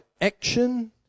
action